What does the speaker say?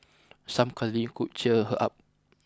some cuddling could cheer her up